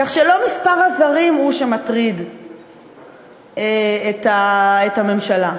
כך שלא מספר הזרים הוא שמטריד את הממשלה,